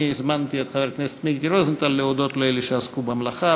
אני הזמנתי את חבר הכנסת מיקי רוזנטל להודות לאלה שעסקו במלאכה,